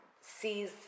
sees